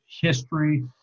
history